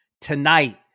Tonight